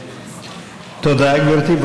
תודה, גברתי.